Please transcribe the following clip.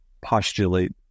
postulate